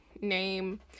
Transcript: name